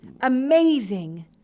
amazing